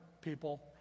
people